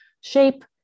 shape